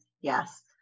yes